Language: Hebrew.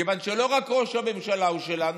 כיוון שלא רק ראש הממשלה הוא שלנו,